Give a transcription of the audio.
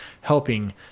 helping